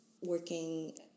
working